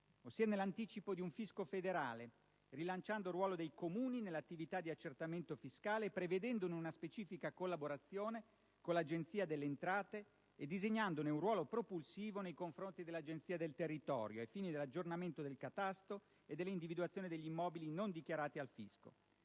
ossia verso l'anticipo di un fisco federale, rilanciando il ruolo dei Comuni nell'attività di accertamento fiscale, prevedendone una specifica collaborazione con l'Agenzia delle entrate e disegnandone un ruolo propulsivo nei confronti dell'Agenzia del territorio, ai fini dell'aggiornamento del catasto e dell'individuazione degli immobili non dichiarati al fisco.